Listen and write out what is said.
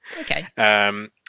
Okay